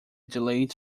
delayed